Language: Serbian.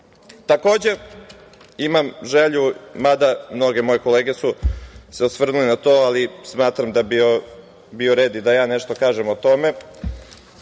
imam želju, mada mnoge moje kolege su se osvrnule na to, smatram da bi bio red da i ja nešto kažem o tome.